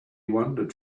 wandered